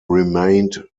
remained